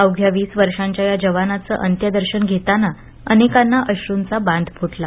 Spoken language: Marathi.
अवघ्या वीस वर्षांच्या या जवानाच अंत्यदर्शन घेताना अनेकांना अश्रुंचा बांध फुटला